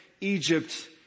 Egypt